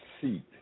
seat